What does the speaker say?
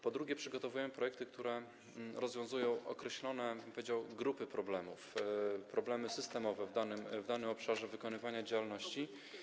Po drugie, przygotowujemy projekty, które rozwiązują określone grupy problemów, problemy systemowe w danym obszarze wykonywania działalności.